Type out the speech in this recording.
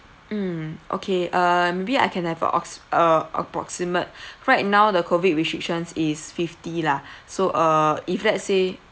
mm okay uh maybe I can have uh ox~ uh approximate right now the COVID restrictions is fifty lah so uh if let's say